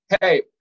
hey